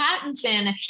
Pattinson